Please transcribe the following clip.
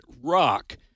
rock